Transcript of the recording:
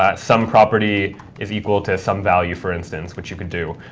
ah some property is equal to some value, for instance, which you could do.